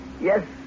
Yes